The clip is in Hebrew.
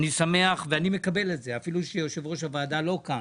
אני מקבל את זה, אפילו שיושב ראש הוועדה לא כאן,